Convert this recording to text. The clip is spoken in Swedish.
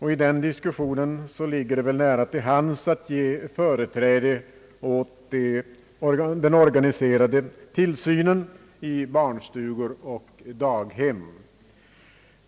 I den diskussionen ligger det nära till hands att ge företräde åt den organiserade tillsynen i barnstugor och daghem.